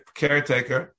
caretaker